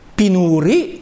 pinuri